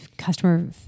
customer